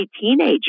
teenager